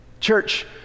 Church